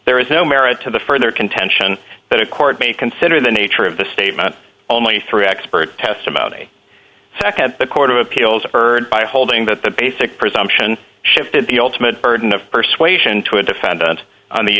there is no merit to the further contention that a court may consider the nature of the statement only through expert testimony nd the court of appeals heard by holding that the basic presumption shifted the ultimate burden of persuasion to a defendant on the